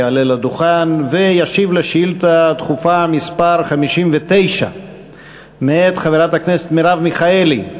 יעלה לדוכן וישיב לשאילתה דחופה מס' 59 מאת חברת הכנסת מרב מיכאלי,